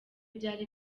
byari